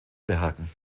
bergen